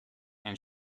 and